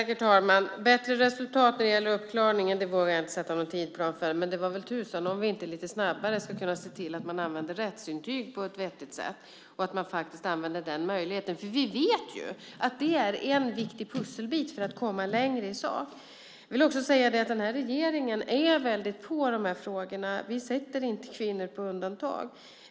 Herr talman! Bättre resultat när det gäller uppklaringen vågar jag inte sätta någon tidsram för, men det vore väl tusan om vi inte lite snabbare kunde se till att rättsintyg används på ett vettigt sätt, och att den möjligheten verkligen används. Vi vet att det är en viktig pusselbit för att komma längre i sak. Jag vill också säga att regeringen arbetar aktivt med dessa frågor. Vi sätter inte kvinnor på undantag.